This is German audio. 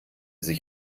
sich